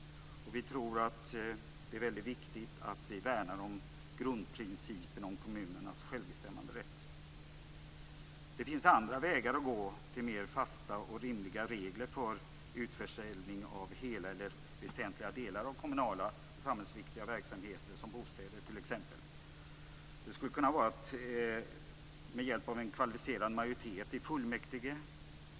Vi tror att det är väldigt viktigt att vi värnar om grundprincipen om kommunernas självbestämmanderätt. Det finns andra vägar att gå för att få mer fasta och rimliga regler för utförsäljning av hela eller väsentliga delar av kommunala och samhällsviktiga verksamheter som t.ex. bostäder. Det skulle kunna ske med hjälp av kvalificerade majoriteter i fullmäktige.